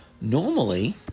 Normally